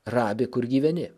rabi kur gyveni